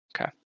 Okay